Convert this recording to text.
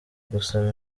gusaba